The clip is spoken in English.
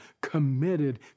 committed